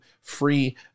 free